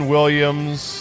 Williams